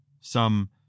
Some